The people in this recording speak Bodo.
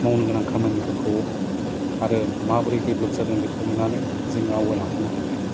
मावनो गोनां खामानिफोरखौ आरो माबोरै देबलाब्द जादों बेखौ नुनानै जों आवगायलांफानो हायो